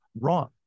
wrong